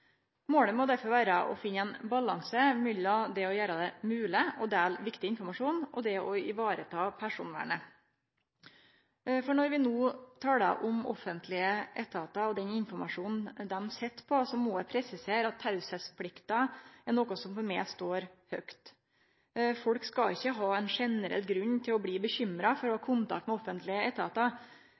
Målet må derfor vere å finne ein balanse mellom det å gjere det mogleg å dele viktig informasjon og det å ta vare på personvernet. Når vi no snakkar om offentlege etatar og den informasjonen dei sit på, må eg presisere at teieplikta er noko som for meg står høgt. Folk skal ikkje ha ein generell grunn til å bli bekymra for å ha kontakt med offentlege etatar.